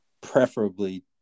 preferably